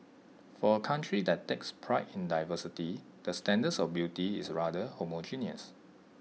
for A country that takes pride in diversity the standards of beauty is rather homogeneous